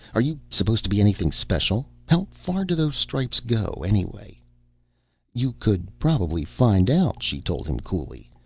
are you supposed to be anything special? how far do those stripes go, anyway? you could probably find out, she told him coolly.